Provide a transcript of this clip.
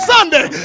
Sunday